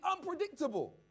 unpredictable